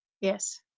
Yes